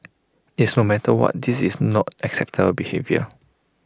yes no matter what this is not acceptable behaviour